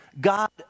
God